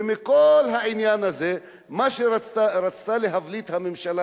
ומכל העניין הזה מה שרצתה להבליט הממשלה